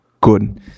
good